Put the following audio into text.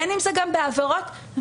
בין אם זה גם בעבירות נוספות,